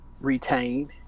retain